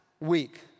week